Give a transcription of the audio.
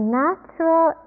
natural